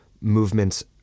movements